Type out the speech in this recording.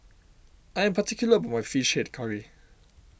I am particular about my Fish Head Curry